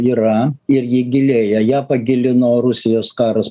yra ir ji gilėja ją pagilino rusijos karas